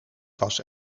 was